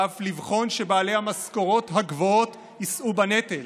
ואף לבחון שבעלי המשכורות הגבוהות יישאו בנטל.